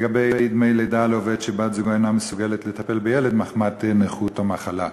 לגבי דמי לידה לעובד שבת-זוגו אינה מסוגלת לטפל בילד מחמת נכות או מחלה.